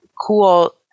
cool